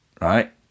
right